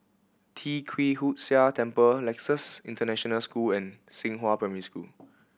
Tee Kwee Hood Sia Temple Nexus International School and Xinghua Primary School